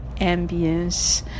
ambience